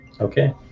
Okay